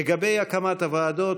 לגבי הקמת הוועדות,